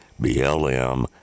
BLM